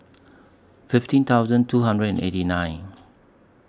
fifteen thousand two hundred and eighty nine